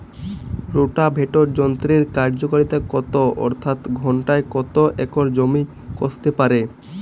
Rotavator যন্ত্রের কার্যকারিতা কত অর্থাৎ ঘণ্টায় কত একর জমি কষতে পারে?